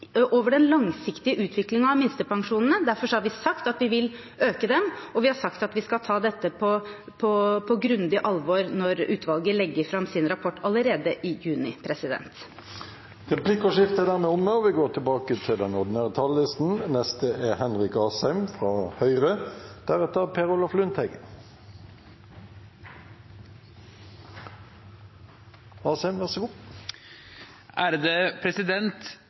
over den langsiktige utviklingen av minstepensjonene. Derfor har vi sagt at vi vil øke dem, og vi har sagt at vi skal ta dette på grundig alvor når utvalget legger fram sin rapport allerede i juni. Replikkordskiftet er omme. Denne saken, som vi i dag kommer til å vedta i Stortinget, er